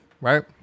Right